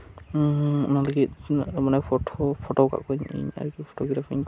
ᱚᱱᱟ ᱞᱟᱹᱜᱤᱫ ᱤᱧ ᱯᱷᱳᱴᱳ ᱯᱷᱳᱴᱳ ᱟᱠᱟᱫ ᱠᱚᱣᱟᱹᱧ ᱤᱧ ᱟᱨ ᱠᱤ ᱯᱷᱳᱴᱳᱜᱨᱟᱯᱷᱤᱧ ᱠᱚᱨᱟᱣ ᱟᱠᱟᱫᱟ